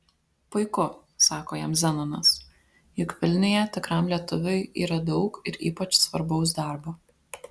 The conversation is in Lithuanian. puiku sako jam zenonas juk vilniuje tikram lietuviui yra daug ir ypač svarbaus darbo